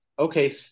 Okay